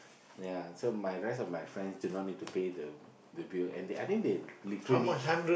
ya so my rest of my friends did not need to pay the the bill and I think they literally